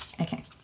okay